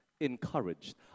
Encouraged